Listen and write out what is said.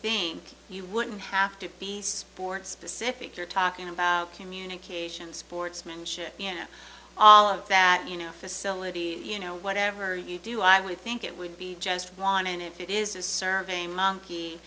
think you wouldn't have to be specific you're talking about communication sportsmanship and all of that you know facility you know whatever you do i would think it would be just one and if it is a survey monkey